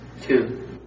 Two